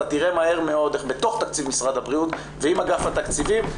אתה תראה מהר מאוד איך בתוך תקציב משרד הבריאות ועם אגף התקציבים,